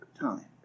time